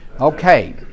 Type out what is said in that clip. Okay